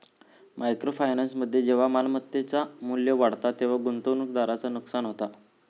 micro फायनान्समध्ये जेव्हा मालमत्तेचा मू्ल्य वाढता तेव्हा गुंतवणूकदाराचा नुकसान होता